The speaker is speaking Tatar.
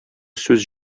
сүз